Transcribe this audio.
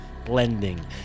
Blending